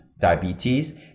diabetes